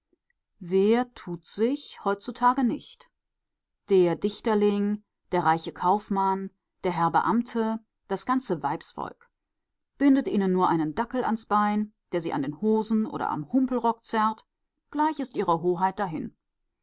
wer tut sich heutzutage nicht der dichterling der reiche kaufmann der herr beamte das ganze weibsvolk bindet ihnen nur einen dackel ans bein der sie an den hosen oder am humpelrock zerrt gleich ist ihre hoheit dahin